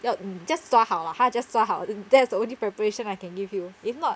要 just 抓好啊 just 抓好 that's the only preparation I can give you if not